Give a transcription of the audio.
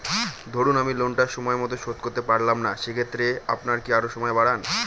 ধরুন আমি লোনটা সময় মত শোধ করতে পারলাম না সেক্ষেত্রে আপনার কি আরো সময় বাড়ান?